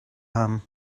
haben